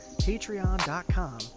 patreon.com